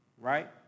right